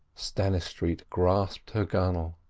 stannistreet grasped her gunwale.